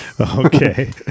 okay